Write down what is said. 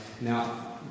now